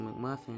McMuffin